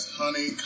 honey